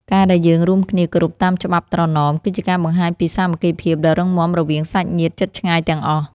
ការដែលយើងរួមគ្នាគោរពតាមច្បាប់ត្រណម គឺជាការបង្ហាញពីសាមគ្គីភាពដ៏រឹងមាំរវាងសាច់ញាតិជិតឆ្ងាយទាំងអស់។